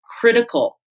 critical